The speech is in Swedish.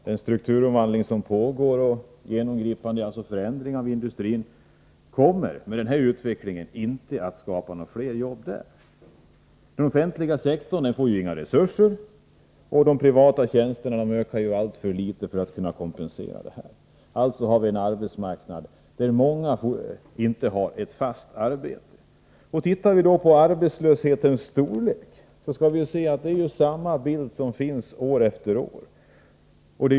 Den strukturomvandling som pågår och får till följd genomgripande förändringar av industrin kommer inte att skapa några fler jobb. Den offentliga sektorn får inga resurser, och de privata tjänsterna ökar alltför litet för att kompensera allt detta. Därför har vi en arbetsmarknad där många människor inte har ett fast arbete. Ser vi till arbetslöshetens storlek, finner vi samma bild år för år.